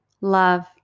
love